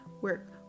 work